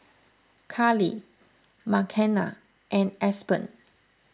Karli Makenna and Aspen